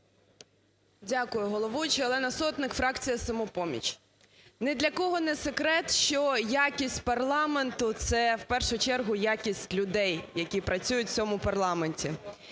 Дякую, головуючий. Олена Сотник, фракція "Самопоміч". Ні для кого не секрет, що якість парламенту – це в першу чергу якість людей, які працюють у цьому парламенті.